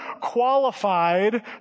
qualified